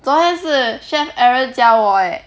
昨天是 chef aaron 教我 eh